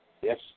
Yes